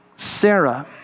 Sarah